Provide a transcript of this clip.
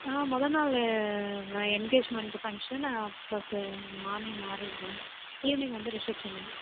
மொதல் நாள் engagement function அப்புறம் மார்னிங் மேரேஜ் மேம் ஈவ்னிங் வந்து ரிசப்ஷன்னு